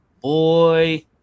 boy